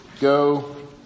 go